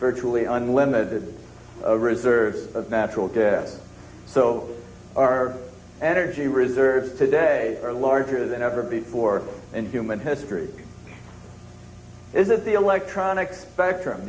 virtually unlimited reserves of natural gas so our energy reserves today are larger than ever before in human history is that the electronics spectrum